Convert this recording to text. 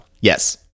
Yes